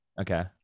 Okay